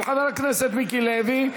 של חבר הכנסת מיקי לוי.